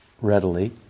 readily